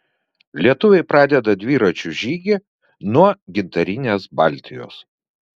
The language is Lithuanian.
lietuviai pradeda dviračių žygį nuo gintarinės baltijos